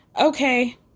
Okay